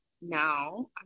now